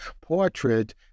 portrait